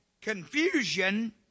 confusion